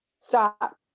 stop